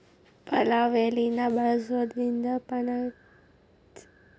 ಪಲಾವ್ ಎಲಿನ ಬಳಸೋದ್ರಿಂದ ಪಚನಕ್ರಿಯೆ ಸರಳ ಆಕ್ಕೆತಿ ಮತ್ತ ಶುಗರ್ ಕಂಟ್ರೋಲ್ ಮಾಡಕ್ ಸಹಾಯ ಮಾಡ್ತೆತಿ